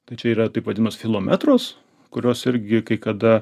tai čia yra taip vadimas filometros kurios irgi kai kada